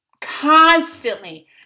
Constantly